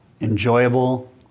enjoyable